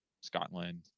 Scotland